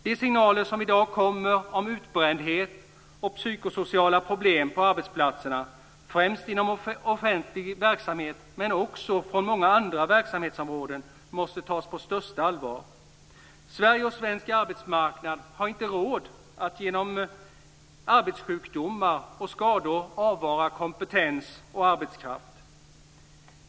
De signaler som i dag kommer om utbrändhet och psykosociala problem på arbetsplatserna, främst inom offentlig verksamhet men också från många andra verksamhetsområden, måste tas på största allvar. Sverige och svensk arbetsmarknad har inte råd att genom arbetssjukdomar och skador avvara kompetens och arbetskraft.